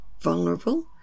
vulnerable